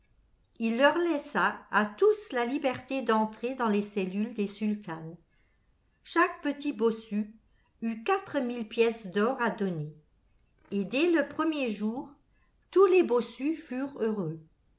il leur laissa à tous la liberté d'entrer dans les cellules des sultanes chaque petit bossu eut quatre mille pièces d'or à donner et dès le premier jour tous les bossus furent heureux